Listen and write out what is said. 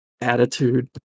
attitude